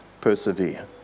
persevere